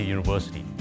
University